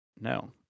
No